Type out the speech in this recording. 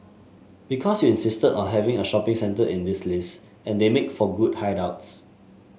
because you insisted on having a shopping centre in this list and they make for good hideouts